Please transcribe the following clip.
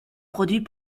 produit